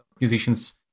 musicians